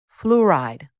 Fluoride